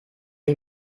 ich